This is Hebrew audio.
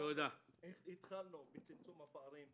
התחלנו בצמצום הפערים אתך,